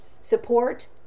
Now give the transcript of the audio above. support